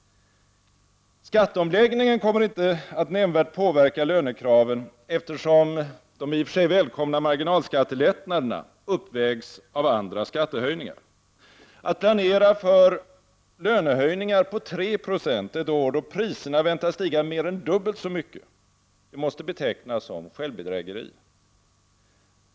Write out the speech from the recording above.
Skatteomläggningen kommer inte att nämnvärt påverka lönekraven, eftersom de i och för sig välkomna marginalskattelättnaderna uppvägs av andra skattehöjningar. Att planera för lönehöjningar på 3 20 ett år då priserna väntas stiga mer än dubbelt så mycket måste betecknas som självbedrägeri.